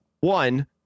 One